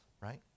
right